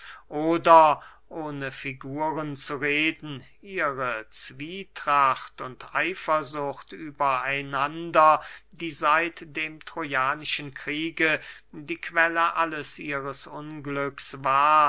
oder ohne figuren zu reden ihre zwietracht und eifersucht über einander die seit dem trojanischen kriege die quelle alles ihres unglücks war